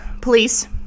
Police